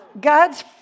God's